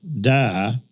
die